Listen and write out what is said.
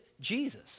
Jesus